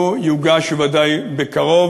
והוא יוגש בוודאי בקרוב,